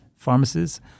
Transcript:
pharmacies